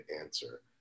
answer